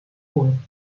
punt